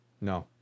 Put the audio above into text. No